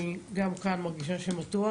גם כאן מרגישה שמתוח.